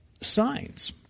signs